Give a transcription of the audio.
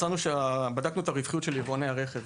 אנחנו בדקנו את הרווחיות של יבואני הרכב